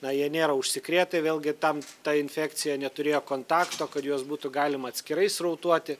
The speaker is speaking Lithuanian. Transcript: na jie nėra užsikrėtę vėlgi tam ta infekcija neturėjo kontakto kad juos būtų galima atskirai srautuoti